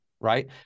Right